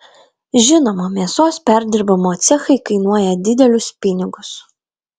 žinoma mėsos perdirbimo cechai kainuoja didelius pinigus